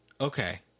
Okay